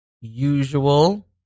usual